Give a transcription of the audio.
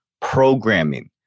Programming